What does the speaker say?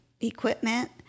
equipment